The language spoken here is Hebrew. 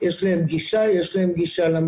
או בגלל שהם לא יכולים?